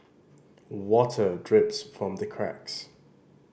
water drips from the cracks